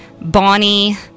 Bonnie